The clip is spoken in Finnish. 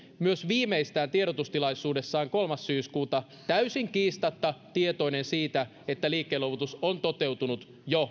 myös viimeistään tiedotustilaisuudessaan kolmas yhdeksättä täysin kiistatta tietoinen siitä että liikkeenluovutus on toteutunut